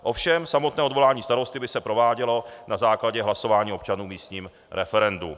Ovšem samotné odvolání starosty by se provádělo na základě hlasování občanů v místním referendu.